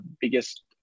biggest